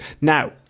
Now